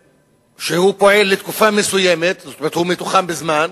שפועל לתקופה מסוימת, זאת אומרת מתוחם בזמן,